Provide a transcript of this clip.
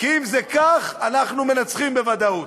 כי אם זה כך אנחנו מנצחים בוודאות.